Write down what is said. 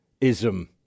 ism